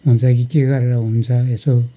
हुन्छ कि के गरेर हुन्छ यसो